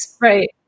right